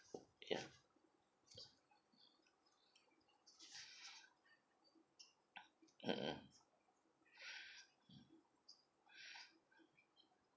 ya mm mm